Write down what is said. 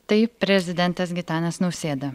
tai prezidentas gitanas nausėda